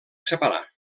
separar